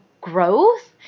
growth